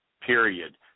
period